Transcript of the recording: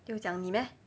有讲你 meh